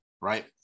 right